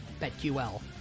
BetQL